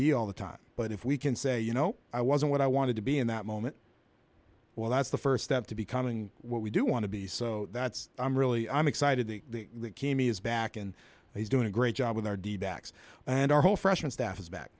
be all the time but if we can say you know i wasn't what i wanted to be in that moment well that's the first step to becoming what we do want to be so that's i'm really i'm excited the kimi is back and he's doing a great job with our d backs and our whole freshman staff is back